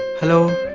hello.